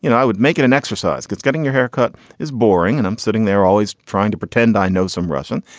you know i would make it an exercise course. getting your haircut is boring. and i'm sitting there always trying to pretend i know some russian.